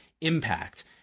impact